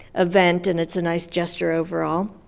event, and it's a nice gesture overall.